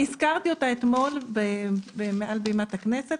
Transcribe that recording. הזכרתי אותה אתמול מעל בימת הכנסת.